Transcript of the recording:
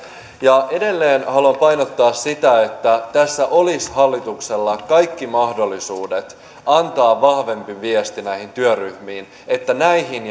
edelleen haluan painottaa sitä että tässä olisi hallituksella kaikki mahdollisuudet antaa vahvempi viesti näihin työryhmiin että näihin